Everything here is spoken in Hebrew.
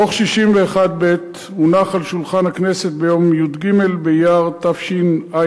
דוח 61ב הונח על שולחן הכנסת ביום י"ג באייר תשע"א,